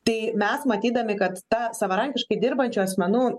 tai mes matydami kad ta savarankiškai dirbančių asmenų